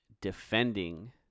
defending